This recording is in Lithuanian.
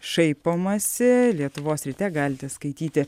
šaipomasi lietuvos ryte galite skaityti